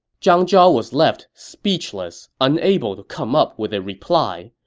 zhang zhao was left speechless, unable to come up with a reply.